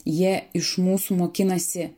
jie iš mūsų mokinasi